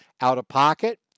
out-of-pocket